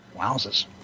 Wowzers